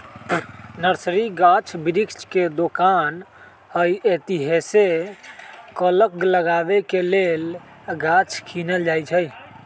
nursery गाछ वृक्ष के दोकान हइ एतहीसे कलम लगाबे लेल गाछ किनल जाइ छइ